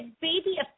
baby